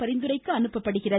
பரிந்துரைக்கு அனுப்பப் படுகிறது